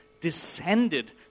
descended